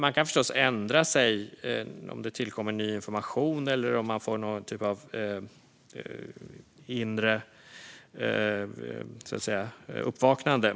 Man kan förstås ändra sig om det tillkommer ny information eller om man får någon typ av inre uppvaknande.